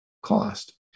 cost